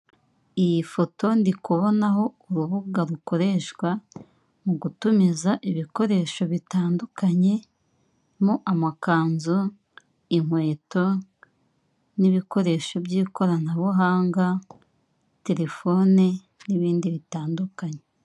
Iyi foto ndi kubonaho urubuga rukoreshwa mu gutumiza ibikoresho bitadukanye harimo amakanu, inkweto, n'ibikoresho by'ikoranabuhanga, telefone n'ibindi bitandukanye.